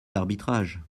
arbitrages